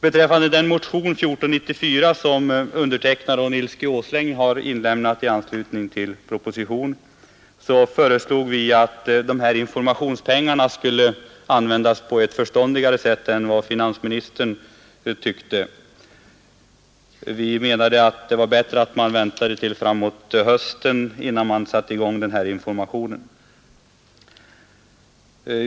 I motionen 1494 som herr Åsling och jag har inlämnat i anslutning till propositionen föreslår vi att dessa informationspengar skall användas på ett förståndigare sätt än vad finansministern anser. Det är bättre att vänta till hösten med den här informationen.